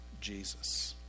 Jesus